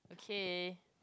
K